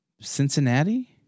Cincinnati